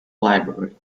library